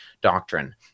doctrine